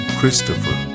Christopher